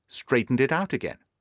straightened it out again.